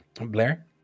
Blair